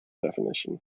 definition